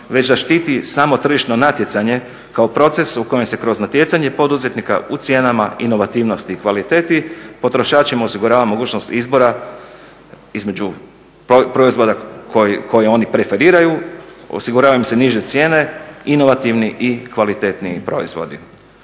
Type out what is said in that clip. već da štiti samo tržišno natjecanje kao proces u kojem se kroz natjecanje poduzetnika u cijenama inovativnosti i kvaliteti potrošačima osigurava mogućnost izbora između proizvoda koje oni preferiraju osigurava im se niže cijene, inovativni i kvalitetniji proizvodi.